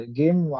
game